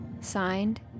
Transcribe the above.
Signed